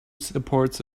supports